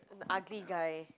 an ugly guy